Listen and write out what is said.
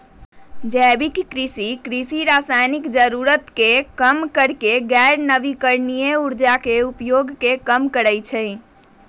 जैविक कृषि, कृषि रासायनिक जरूरत के कम करके गैर नवीकरणीय ऊर्जा के उपयोग के कम करा हई